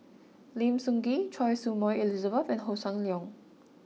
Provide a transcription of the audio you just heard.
Lim Sun Gee Choy Su Moi Elizabeth and Hossan Leong